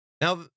Now